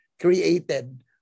created